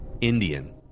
Indian